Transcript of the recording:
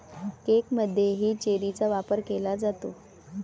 केकमध्येही चेरीचा वापर केला जातो